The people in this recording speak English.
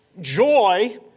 joy